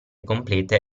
complete